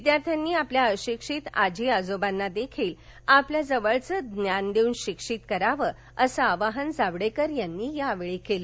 विद्यार्थ्यांनी आपल्या अशिक्षित आजी आजोबांना देखील आपल्याजवळील ज्ञान देऊन शिक्षित करावं असं आवाहन जावडेकर यांनी यावेळी केलं